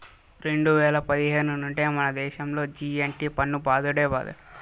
రెండు వేల పదిహేను నుండే మనదేశంలో జి.ఎస్.టి పన్ను బాదుడే బాదుడు